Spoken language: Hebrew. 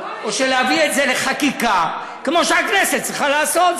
או שנביא את זה לחקיקה כמו שהכנסת צריכה לעשות,